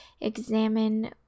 examine